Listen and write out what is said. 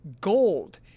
gold